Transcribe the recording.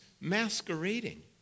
masquerading